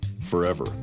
forever